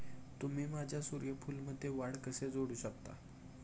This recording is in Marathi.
तुम्ही माझ्या सूर्यफूलमध्ये वाढ कसे जोडू शकता?